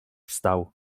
wstał